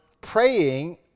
praying